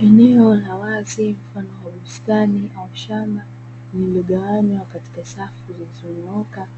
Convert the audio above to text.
Eneo la wazi mfano wa bustani au shamba limegawanywa katika safu zilizonyooka